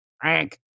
Frank